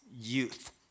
youth